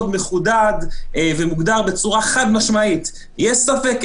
מחודד ומוגדר בצורה חד משמעית יש ספק,